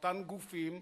מאותם גופים,